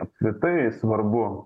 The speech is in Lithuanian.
apskritai svarbu